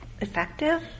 effective